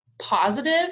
positive